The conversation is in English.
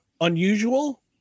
unusual